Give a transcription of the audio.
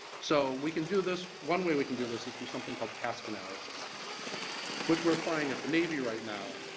so, we can do this one way we can do this is through something called task analysis which we're applying at the navy right now,